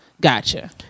Gotcha